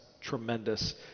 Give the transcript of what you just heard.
tremendous